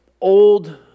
old